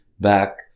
back